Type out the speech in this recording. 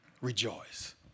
rejoice